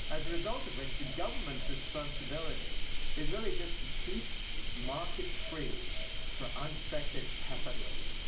as a result of which the government's responsibility is really just to keep markets free for unfettered capitalism.